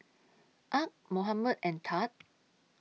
Arch Mohamed and Thad